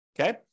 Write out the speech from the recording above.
Okay